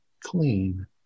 clean